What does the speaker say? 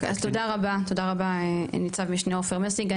תודה רבה ניצב משנה עופר מסינג,